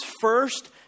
first